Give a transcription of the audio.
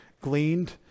gleaned